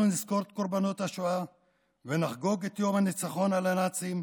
אנחנו נזכור את קורבנות השואה ונחגוג את יום הניצחון על הנאצים,